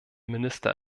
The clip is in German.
minister